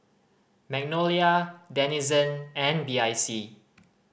Magnolia Denizen and B I C